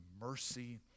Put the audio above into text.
mercy